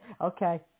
Okay